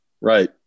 right